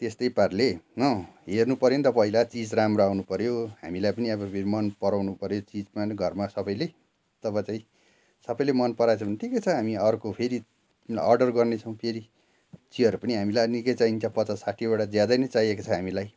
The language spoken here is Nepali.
त्यस्तै पाराले हो हेर्नु पऱ्यो नि त पहिला चिज राम्रो आउनु पऱ्यो हामीलाई पनि अब फेरि मन पराउनु पऱ्यो चिजमा घरमा सबैले तब चाहिँ सबैले मन पराएछ भने ठिकै छ हामी अर्को फेरि अर्डर गर्नेछौँ फेरि चियर पनि हामीलाई निकै चाहिन्छ पचास साठीओडा ज्यादा नै चाहिएको छ हामीलाई